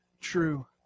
true